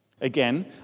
Again